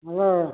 ହଁ